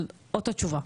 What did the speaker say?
אבל אותה תשובה.